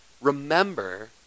remember